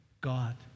God